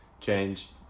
Change